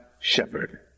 shepherd